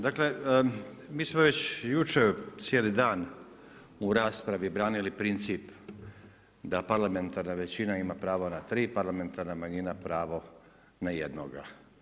Dakle, mi smo već jučer cijeli dan u raspravi branili princip da parlamentarna većina ima pravo na tri, parlamentarna manjina pravo na jednoga.